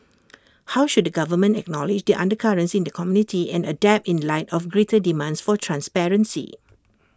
how should the government acknowledge the undercurrents in the community and adapt in light of greater demands for transparency